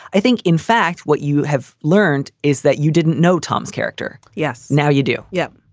i think, in fact, what you have learned is that you didn't know tom's character. yes. now you do. yeah.